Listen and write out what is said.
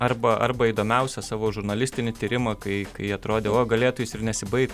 arba arba įdomiausią savo žurnalistinį tyrimą kai kai atrodė o galėtų jis ir nesibaig